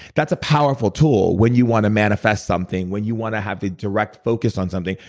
that's a powerful tool when you want to manifest something, when you want to have a direct focus on something,